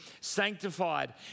sanctified